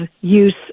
use